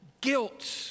guilt